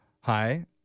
Hi